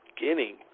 beginning